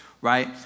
Right